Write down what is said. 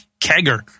kegger